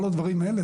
ולכל הדברים האלה,